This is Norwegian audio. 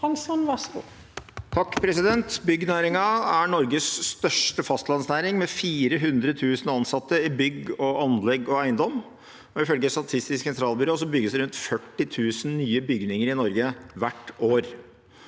Hansson (MDG) Byggenærin- gen er Norges største fastlandsnæring, med 400 000 ansatte i bygg, anlegg og eiendom. Ifølge Statistisk sentralbyrå bygges det rundt 40 000 nye bygninger i Norge hvert år.